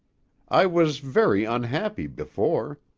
i was very unhappy before.